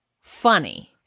funny